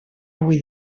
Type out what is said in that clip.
avui